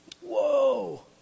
Whoa